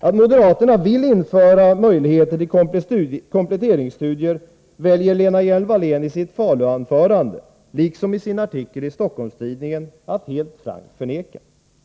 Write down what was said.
Att moderaterna vill införa möjligheter till kompletteringsstudier väljer Lena Hjelm-Wallén i sitt Falutal liksom i sin artikel i Stockholms-Tidningen att helt frankt förneka.